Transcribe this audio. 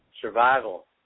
survival